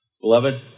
Beloved